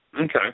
Okay